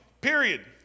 period